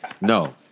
No